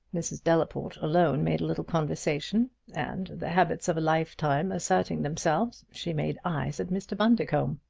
mrs. delaporte alone made a little conversation and, the habits of a lifetime asserting themselves, she made eyes at mr. bundercombe.